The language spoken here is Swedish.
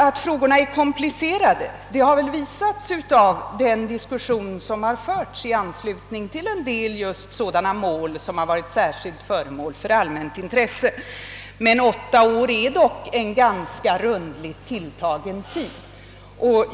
Att frågorna är komplicerade har väl visats av den diskussion som har förts i anslutning till en del sådana mål som varit särskilt föremål för allmänt intresse. Men 8 år är dock en ganska rundligt tilltagen tid.